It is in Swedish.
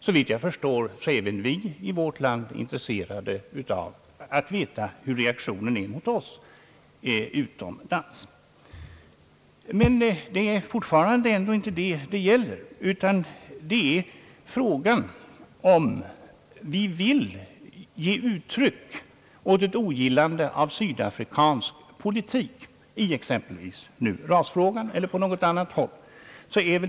Såvitt jag förstår, är vi väl i vårt land intresserade av att veta hur reaktionen är mot oss utomlands. Men det är fortfarande ändå inte detta det här gäller, utan det är här fråga om vi vill ge uttryck åt ett ogillande av sydafrikansk politik i exempelvis rasfrågan med bojkotter o. d.